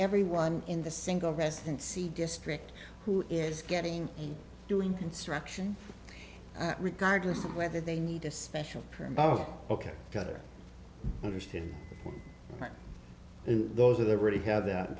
everyone in the single residency district who is getting doing construction regardless of whether they need a special permit ok gotta understand those are they really have th